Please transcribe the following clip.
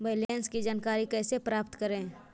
Balance की जानकारी कैसे प्राप्त करे?